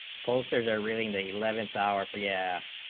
posters are really may eleven hour free yeah